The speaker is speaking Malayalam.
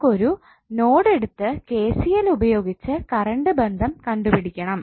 നമുക്ക് ഒരു നോഡ് എടുത്ത് KCL പ്രയോഗിച്ച് കറണ്ട് ബന്ധം കണ്ടുപിടിക്കണം